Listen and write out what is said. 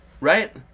right